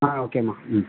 ஓகேமா ம்